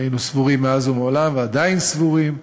היינו סבורים מאז ומעולם, ועדיין סבורים,